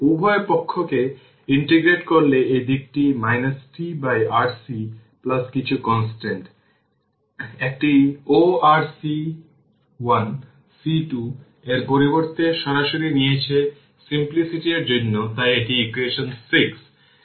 উভয় পক্ষকে ইন্টিগ্রেট করলে এই দিকটি tRC কিছু কনস্ট্যান্ট l একটি RC1 C2 এর পরিবর্তে সরাসরি নিয়েছে সিম্প্লিসিটি এর জন্য তাই এটি হল ইকুয়েশন 6